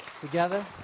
together